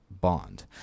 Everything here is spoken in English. Bond